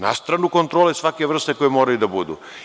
Na stranu, kontrole svake vrste koje moraju da budu.